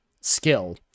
skill